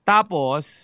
Tapos